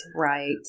right